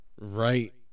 Right